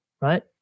Right